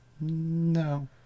No